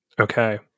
Okay